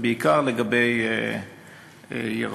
ובעיקר לגבי ירקות.